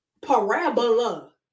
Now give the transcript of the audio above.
Parabola